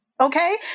okay